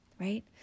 right